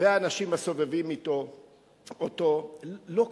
והאנשים הסובבים אותו לא קלטו.